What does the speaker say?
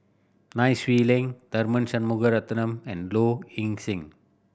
Nai Swee Leng Tharman Shanmugaratnam and Low Ing Sing